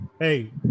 Hey